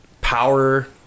power